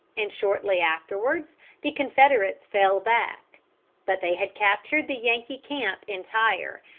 and shortly afterwards the confederates fell back but they had captured the yankee camp entire,